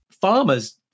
Farmers